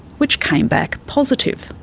which came back positive.